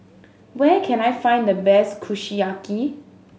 where can I find the best Kushiyaki